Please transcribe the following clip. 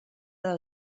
del